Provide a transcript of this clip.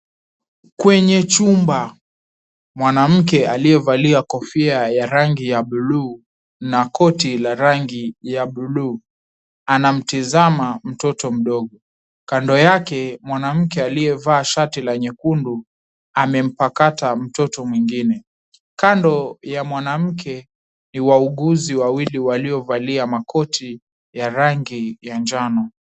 Kwenye chumba, mwanamke aliyevalia kofia ya rangi ya bluu, na koti la rangi ya bluu, anamtizama mtoto mdogo. Kando yake mwanamke aliyevaa shati la nyekundu, amempakata mtoto mwingine. Kando ya mwanamke ni wauguzi wawili waliovalia makoti ya rangi ya njano.